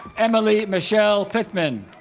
emily michelle pittman